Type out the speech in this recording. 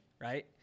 right